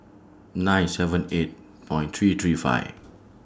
nine seven eight Point three three five